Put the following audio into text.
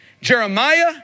Jeremiah